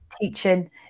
teaching